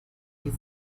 que